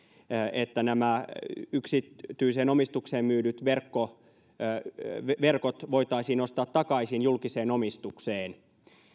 että nämä yksityiseen omistukseen myydyt verkot voitaisiin ostaa takaisin julkiseen omistukseen